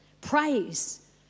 Praise